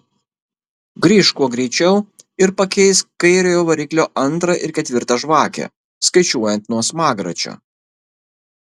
grįžk kuo greičiau ir pakeisk kairiojo variklio antrą ir ketvirtą žvakę skaičiuojant nuo smagračio